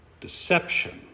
deception